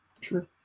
Sure